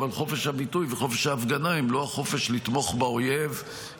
אבל חופש הביטוי וחופש ההפגנה הם לא החופש לתמוך באויב,